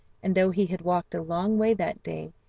and though he had walked a long way that day,